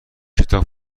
کتاب